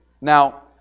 Now